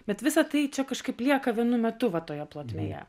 bet visa tai čia kažkaip lieka vienu metu va toje plotmėje